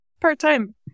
Part-time